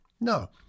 No